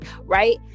right